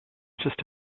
just